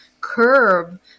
curb